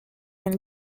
une